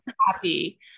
happy